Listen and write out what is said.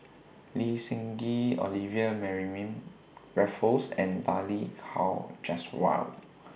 Lee Seng Gee Olivia Mariamne Raffles and Balli Kaur Jaswal